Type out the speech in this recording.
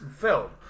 film